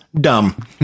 dumb